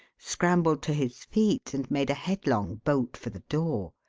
scrambled to his feet and made a headlong bolt for the door.